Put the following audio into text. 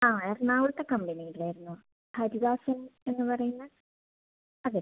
ആ എറണാകുളത്തെ കമ്പനിയിൽ ആയിരുന്ന ഹരിദാസൻ എന്ന് പറയുന്ന അതെ